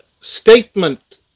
statement